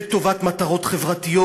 לטובת מטרות חברתיות.